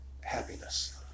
happiness